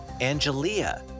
angelia